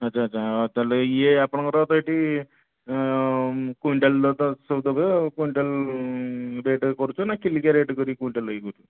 ଆଛା ଆଛା ହଉ ତାହେଲେ ଇଏ ଆପଣଙ୍କର ତ ଏଠି କୁଇଣ୍ଟାଲ୍ କୁଇଣ୍ଟାଲ୍ ରେଟ୍ କରୁଛ ନା କିଲିକିଆ ରେଟ୍ କରି କୁଇଣ୍ଟାଲ୍ ଇଏ କରୁଛ